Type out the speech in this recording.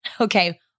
okay